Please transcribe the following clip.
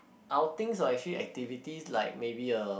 outings or actually activity like maybe a